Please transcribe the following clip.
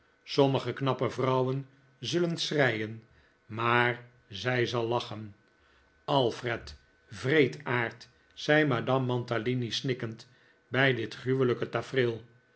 sommige knappe vrouwen zullen schreien maar zij zal lachen alfred wreedaard zei madame mantalini snikkend bij dit gruwelijke tafereel